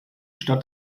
stadt